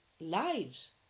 lives